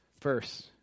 First